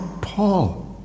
Paul